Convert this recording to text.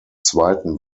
zweiten